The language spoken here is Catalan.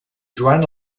joan